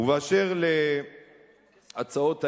ואשר להצעות האי-אמון,